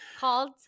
called